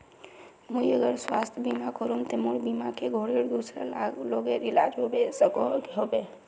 मुई अगर स्वास्थ्य बीमा करूम ते मोर बीमा से घोरेर दूसरा लोगेर इलाज होबे सकोहो होबे?